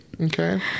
Okay